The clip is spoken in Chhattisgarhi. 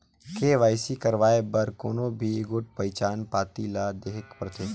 के.वाई.सी करवाए बर कोनो भी एगोट पहिचान पाती ल देहेक परथे